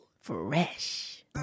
fresh